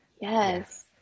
yes